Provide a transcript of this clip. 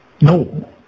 No